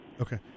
okay